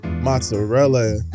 mozzarella